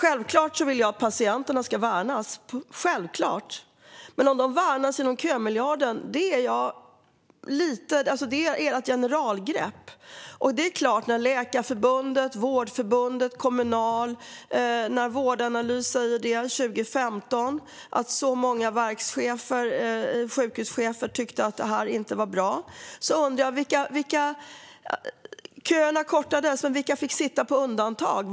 Jag vill självklart att patienterna värnas, men värnas de inom kömiljarden? Det är ert generalgrepp. År 2015 sa Läkarförbundet, Vårdförbundet, Kommunal och Vårdanalys att det var många verkschefer och sjukhuschefer som inte tyckte att det var bra. Köerna kortades, men vilka fick sitta på undantag?